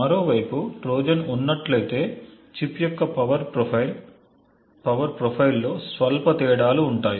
మరోవైపు ట్రోజన్ ఉన్నట్లయితే చిప్ యొక్క పవర్ ప్రొఫైల్ లో స్వల్ప తేడాలు ఉంటాయి